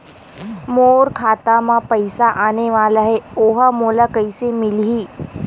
मोर खाता म पईसा आने वाला हे ओहा मोला कइसे मिलही?